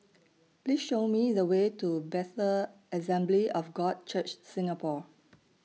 Please Show Me The Way to Bethel Assembly of God Church Singapore